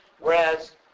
whereas